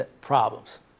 problems